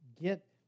get